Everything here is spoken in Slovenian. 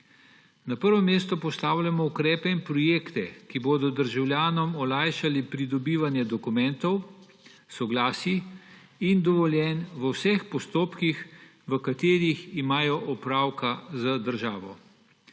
Na prvo mesto postavljamo ukrepe in projekte, ki bodo državljanom olajšali pridobivanje dokumentov, soglasij in dovoljenj v vseh postopkih, v katerih imajo opravka z državo.